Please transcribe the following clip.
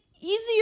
easier